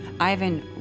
Ivan